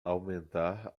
aumentar